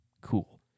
cool